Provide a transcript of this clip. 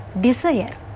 desire